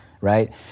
right